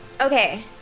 Okay